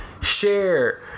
share